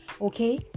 Okay